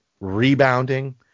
rebounding